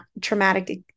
traumatic